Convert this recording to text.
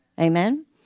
Amen